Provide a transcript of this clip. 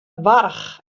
warch